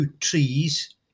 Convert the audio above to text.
trees